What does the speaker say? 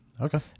Okay